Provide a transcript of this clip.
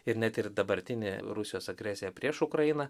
ir net ir dabartinė rusijos agresija prieš ukrainą